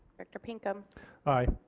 director pinkham aye.